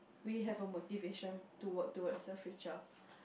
we have a motivation to work towards the future